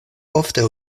ofte